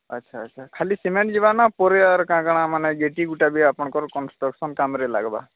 ଆଚ୍ଛା ଆଚ୍ଛା ଖାଲି ସିମେଣ୍ଟ୍ ଯିବ ନା ପରେ ଆର କ'ଣ କ'ଣ ମାନେ ଗୋଟା ଗୋଟା ବି ଆପଣଙ୍କର କନ୍ଷ୍ଟ୍ରକସନ୍ନ୍ କାମରେ ଲାଗିବ